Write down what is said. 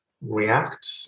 react